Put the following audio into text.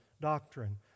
doctrine